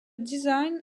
design